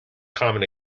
common